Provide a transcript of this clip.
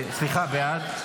סליחה, בעד.